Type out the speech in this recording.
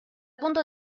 punto